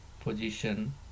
position